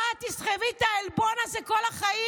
ואת תסחבי את העלבון הזה כל החיים.